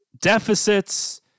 deficits